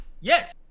Yes